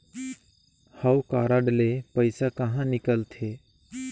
हव कारड ले पइसा कहा निकलथे?